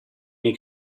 nei